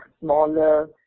smaller